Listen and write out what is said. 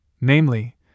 namely